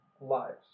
lives